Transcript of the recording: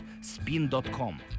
spin.com